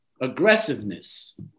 aggressiveness